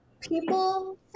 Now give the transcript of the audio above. People